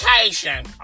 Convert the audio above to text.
vacation